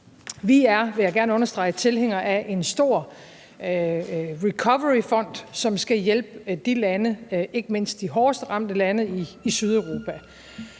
tilhængere af en stor recoveryfond, som skal hjælpe ikke mindst de hårdest ramte lande i Sydeuropa.